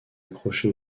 accroché